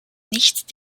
nicht